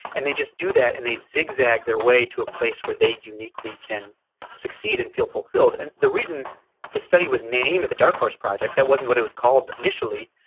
and they just do that and they zigzag their way to a place where they uniquely can succeed and feel fulfilled. and the reason this study was named the dark horse project that wasn't what it was called initially.